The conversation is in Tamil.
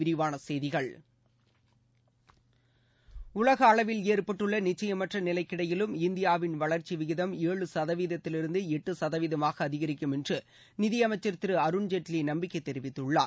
விரிவான செய்திகள் உலக அளவில் ஏற்பட்டுள்ள நிச்சயமற்ற நிலைக்கிடையிலும் இந்தியாவின் வளர்ச்சி விகிதம் ஏழு சதவீதத்திலிருந்து எட்டு சதவீதமாக அதிகரிக்கும் என்று நிதியமைச்சர் திரு அருண்ஜேட்லி நம்பிக்கை தெரிவித்துள்ளார்